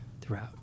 throughout